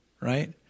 right